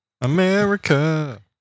America